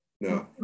No